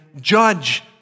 judge